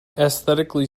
aesthetically